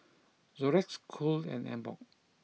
Xorex Cool and Emborg